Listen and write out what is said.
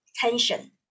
tension